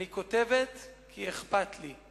אני כותבת כי אכפת לי,